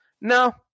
No